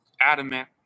adamant